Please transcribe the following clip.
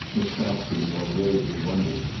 miss gostrey more gravely wondered.